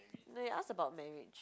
no you ask about marriage